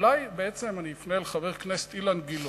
אולי בעצם אני אפנה אל חבר הכנסת אילן גילאון.